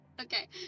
okay